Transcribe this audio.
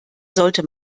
sollte